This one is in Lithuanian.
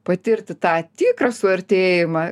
patirti tą tikrą suartėjimą